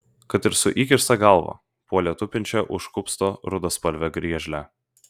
kad ir su įkirsta galva puolė tupinčią už kupsto rudaspalvę griežlę